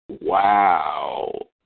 Wow